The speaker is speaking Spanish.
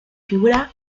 figura